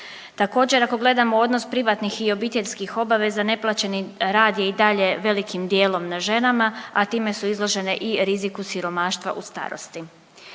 Također, ako gledamo odnos privatnih i obiteljskih obaveza, neplaćeni rad je i dalje velikim dijelom na ženama, a time su izložene i riziku siromaštva u starosti.